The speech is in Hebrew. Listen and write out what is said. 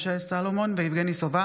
משה סולומון ויבגני סובה